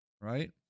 Right